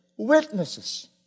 Witnesses